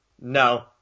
no